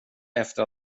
efter